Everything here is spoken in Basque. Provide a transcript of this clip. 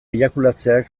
eiakulatzeak